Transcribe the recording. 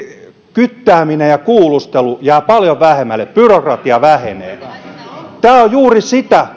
kyttääminen ja kuulustelu jäävät paljon vähemmälle byrokratia vähenee tämä on juuri sitä